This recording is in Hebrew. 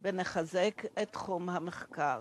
שלנו יהיה בחיזוק החדשנות והמחקר.